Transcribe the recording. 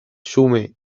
xume